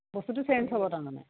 বস্তুটো চেঞ্জ হ'ব তাৰমানে